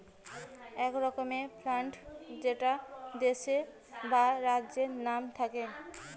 এক রকমের ফান্ড যেটা দেশের বা রাজ্যের নাম থাকে